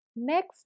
Next